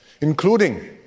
including